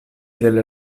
delle